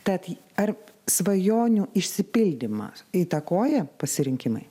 tad ar svajonių išsipildymą įtakoja pasirinkimai